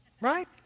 Right